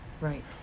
Right